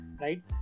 Right